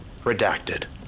redacted